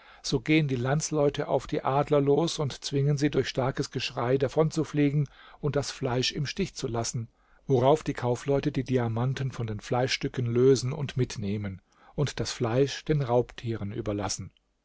so gehen die landsleute auf die adler los und zwingen sie durch starkes geschrei davonzufliegen und das fleisch im stich zu lassen worauf die kaufleute die diamanten von den fleischstücken lösen und mitnehmen und das fleisch den raubtieren überlassen